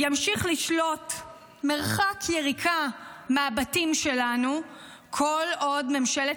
ימשיך לשלוט מרחק יריקה מהבתים שלנו כל עוד ממשלת